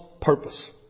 purpose